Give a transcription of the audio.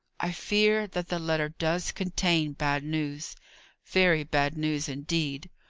i fear that the letter does contain bad news very bad news, indeed.